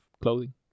clothing